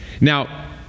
Now